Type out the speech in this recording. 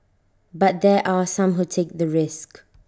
but there are some who take the risk